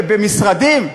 במשרדים?